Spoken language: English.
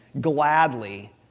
gladly